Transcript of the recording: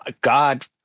God